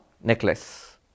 necklace